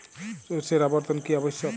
শস্যের আবর্তন কী আবশ্যক?